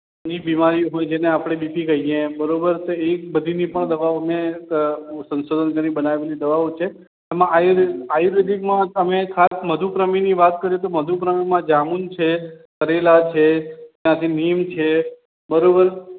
એની બીમારી હોય જેને આપણે બીપી કહીએ બરાબર તો એ બધીની પણ દવાઓ અમે સંશોધન કરીને બનાવેલી દવાઓ છે એમાં આયુર્વેદ આયુર્વેદિકમાં ખાસ મધુપ્રમેહની વાત કરીએ તો મધુપ્રમેહમાં જાંબુ છે કારેલા છે પછી નીમ છે બરોબર